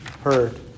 heard